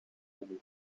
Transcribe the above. minuut